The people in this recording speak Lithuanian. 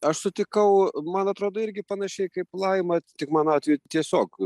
aš sutikau man atrodo irgi panašiai kaip laima tik mano atveju tiesiog